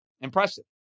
Impressive